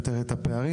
עטיה,